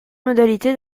modalité